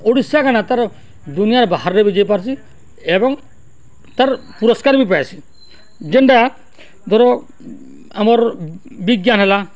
ଓଡ଼ିଶା କାଣା ତା'ର ଦୁନିଆରେ ବାହାରେ ବି ଯାଇପାର୍ସି ଏବଂ ତା'ର ପୁରସ୍କାର ବି ପାଏସି ଯେନ୍ଟା ଧର ଆମର ବିଜ୍ଞାନ ହେଲା